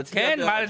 נצביע בעד.